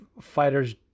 fighters